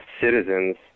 citizens